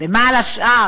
מה על השאר?